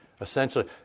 Essentially